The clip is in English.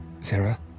Sarah